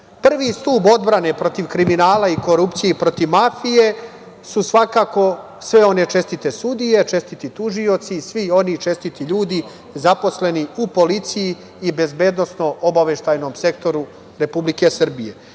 stub odbrane protiv kriminala i korupcije i protiv mafije su svakako sve one čestite sudije, čestiti tužioci, svi oni čestiti ljudi zaposleni u policiji i bezbednosno-obaveštajnom sektoru Republike Srbije.